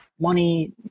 money